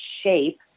shape